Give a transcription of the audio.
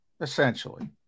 essentially